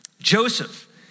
Joseph